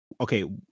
Okay